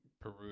Peru